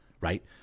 right